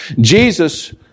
Jesus